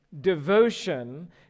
devotion